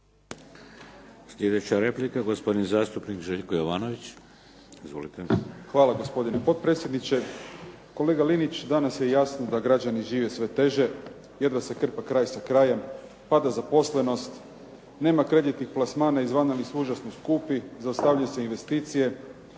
Sljedeća replika, gospodin zastupnik Željko Jovanović. Izvolite. **Jovanović, Željko (SDP)** Hvala gospodine potpredsjedniče. Kolega Linić, danas je jasno da građani žive sve teže, jedva se krpa kraj sa krajem, pada zaposlenost, nema kreditnih plasmana izvana jer su užasno skupi, zaustavljaju se investicije.